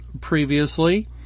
previously